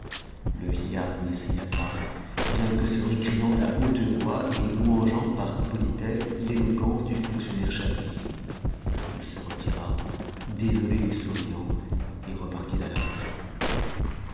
le vieillard n'y essaya pas bien que se récriant à haute voix et louangeant par politesse l'éloquence du fonctionnaire chapelier il se retira désolé et souriant et repartit à l'aventure